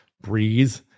breathe